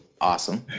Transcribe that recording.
Awesome